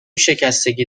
شکستگی